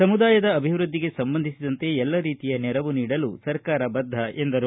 ಸಮುದಾಯದ ಅಭಿವೃದ್ಧಿಗೆ ಸಂಬಂಧಿಸಿದಂತೆ ಎಲ್ಲ ರೀತಿಯ ನೆರವು ನೀಡಲು ಸರ್ಕಾರ ಬದ್ದ ಎಂದರು